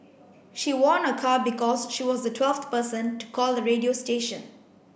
she won a car because she was the twelfth person to call the radio station